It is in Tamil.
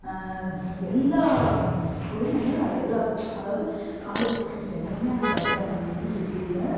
எல்லாம் மக்களும் வந்து எல்லாரும் அதாவது காலேஜ் ஸ்டூடண்ட்ஸ் எல்லாரும் அங்கே படிக்கிறாங்க அந்த யுனிவர்சிட்டியில்